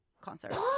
concert